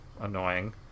annoying